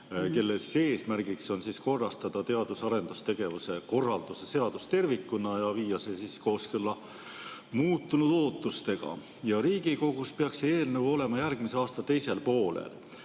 kelle eesmärk on korrastada teadus- ja arendustegevuse korralduse seadus tervikuna ja viia see kooskõlla muutunud ootustega. Riigikogus peaks see eelnõu olema järgmise aasta teisel poolel.